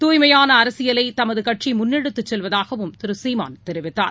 தாய்மையானஅரசியலைதமதுகட்சிமுன்னெடுத்துச் செல்வதாகவும் திருசீமான் தெரிவித்தார்